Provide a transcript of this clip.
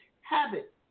habit